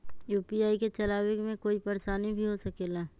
UPI के चलावे मे कोई परेशानी भी हो सकेला?